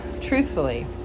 truthfully